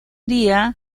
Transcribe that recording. día